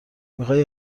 میخوای